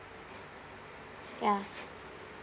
ya